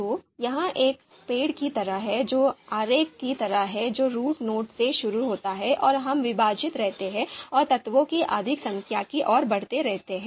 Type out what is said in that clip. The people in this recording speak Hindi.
तो यह एक पेड़ की तरह है जो आरेख की तरह है जो रूट नोड से शुरू होता है और हम विभाजित रहते हैं और तत्वों की अधिक संख्या की ओर बढ़ते रहते हैं